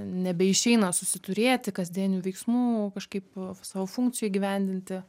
nebeišeina susiturėti kasdienių veiksmų kažkaip savo funkcijų įgyvendinti